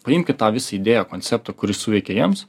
paimkit tą visą idėją konceptu kuri suveikė jiems